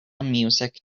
music